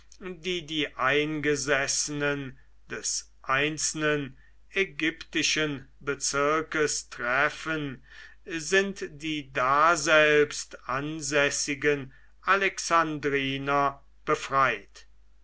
die die eingesessenen des einzelnen ägyptischen bezirkes treffen sind die daselbst ansässigen alexandriner befreit